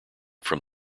from